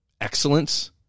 excellence